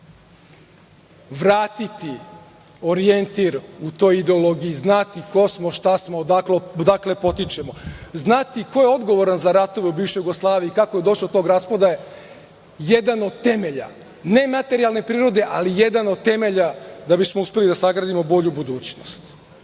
Vratiti orijentir u toj ideologiji, znati ko smo, šta smo, odakle potičemo, znati ko je odgovoran za ratove u bivšoj Jugoslaviji i kako je došlo do tog raspada je jedan od temelja ne materijalne prirode, ali jedan od temelja da bismo uspeli da sagradimo bolju budućnost. Treća